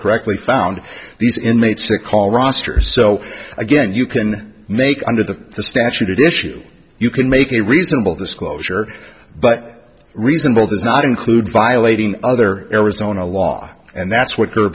correctly found these inmates they call rosters so again you can make under the statute issue you can make a reasonable disclosure but reasonable does not include violating other arizona law and that's what